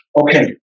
Okay